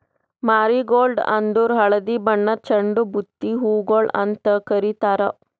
marigold ಅಂದುರ್ ಹಳದಿ ಬಣ್ಣದ್ ಚಂಡು ಬುತ್ತಿ ಹೂಗೊಳ್ ಅಂತ್ ಕಾರಿತಾರ್